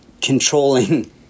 controlling